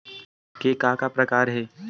के का का प्रकार हे?